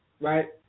Right